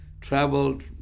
traveled